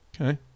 okay